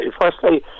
firstly